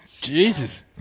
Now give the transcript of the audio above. Jesus